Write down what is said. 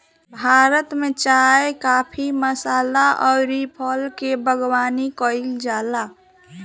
भारत में चाय, काफी, मसाला अउरी फल के बागवानी कईल जाला